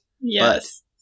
Yes